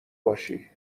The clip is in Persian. باشی